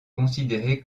considéré